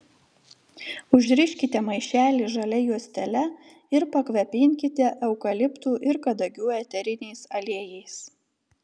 užriškite maišelį žalia juostele ir pakvepinkite eukaliptų ir kadagių eteriniais aliejais